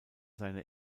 seine